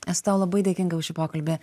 esu tau labai dėkinga už šį pokalbį